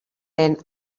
den